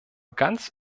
ganz